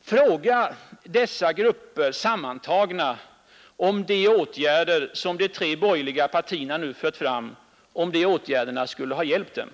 Fråga dessa grupper sammantagna om de åtgärder, som de tre borgerliga partierna nu fört fram, skulle ha hjälpt dem.